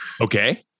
Okay